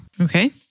Okay